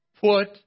Put